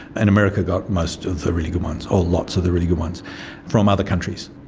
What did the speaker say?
and america got most of the really good ones or lots of the really good ones from other countries.